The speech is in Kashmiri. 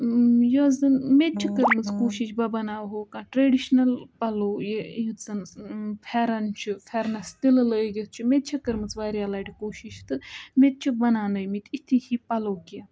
یۄس زَن مےٚ تہِ چھِ کٔرمٕژ کوٗشِش بہٕ بَناوہو کانٛہہ ٹرٛیڈِشنَل پَلو یہِ یُس زَن پھیٚرَن چھِ پھیٚرنَس تِلہٕ لٲگِتھ چھِ مےٚ تہِ چھِ کٔرمٕژ واریاہ لَٹہِ کوٗشِش تہٕ مےٚ تہِ چھِ بَناونٲومٕتۍ یِتھی ہِوِۍ پَلو کیٚنٛہہ